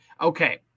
Okay